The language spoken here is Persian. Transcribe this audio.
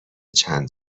چند